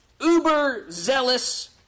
uber-zealous